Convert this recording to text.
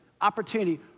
Opportunity